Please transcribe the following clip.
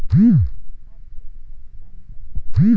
भात शेतीसाठी पाणी कसे द्यावे?